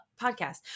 podcast